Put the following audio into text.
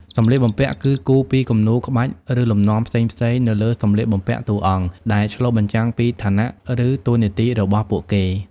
សម្លៀកបំពាក់គឺ គូរពីគំនូរ ក្បាច់ ឬលំនាំផ្សេងៗនៅលើសម្លៀកបំពាក់តួអង្គ ដែលឆ្លុះបញ្ចាំងពីឋានៈ ឬតួនាទីរបស់ពួកគេ។